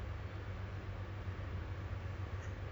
okay no ah let's not I will not get started on that ah